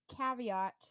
caveat